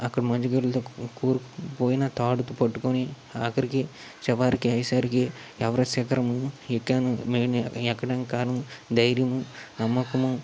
అక్కడ మంచు గడ్డలుతో కూరుకుపోయిన తాడుకి పట్టుకొని ఆఖరికి చివరికయ్యెసరికి ఎవరెస్ట్ శిఖరము ఎక్కాను ఎక్కడానికి కారణం ధైర్యము నమ్మకము